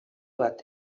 bat